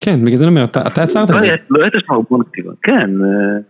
כן, בגלל זה אומר, אתה עצרת את זה. לא הייתה שמה אופניקטיבה, כן.